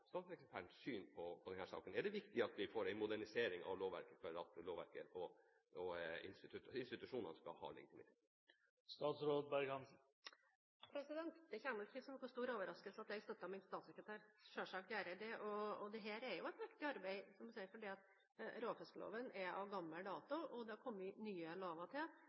saken? Er det viktig at vi får en modernisering av lovverket for at lovverket og institusjonene skal ha legitimitet? Det kommer vel ikke som noen stor overraskelse at jeg støtter min statssekretær – selvsagt gjør jeg det. Dette er jo et viktig arbeid, som jeg sier, fordi råfiskloven er av gammel dato og det har kommet nye lover til,